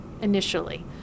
initially